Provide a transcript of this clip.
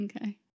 Okay